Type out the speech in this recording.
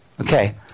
okay